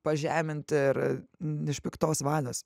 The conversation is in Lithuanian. pažeminti ir ne iš piktos valios